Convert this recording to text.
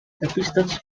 pistons